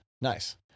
Nice